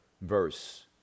verse